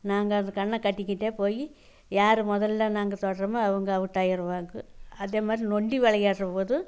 நாங்கள் அந்த கண்ணை கட்டிக்கிட்டே போய் யார் முதல்ல நாங்கள் தொடுறோமே அவங்க அவுட் ஆகிருவாங்க அதேமாதிரி நொண்டி விளையாட்றபோது